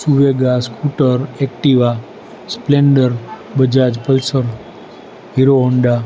સુરેગા scooter Activa Splendor Bajaj Pulsar Hero Honda